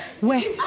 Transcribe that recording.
Wet